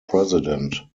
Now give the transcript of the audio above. president